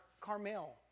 Carmel